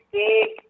big